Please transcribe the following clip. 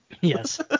yes